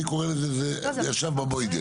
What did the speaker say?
אני קורא לזה ישב בבוידעם.